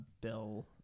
Bill